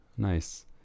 nice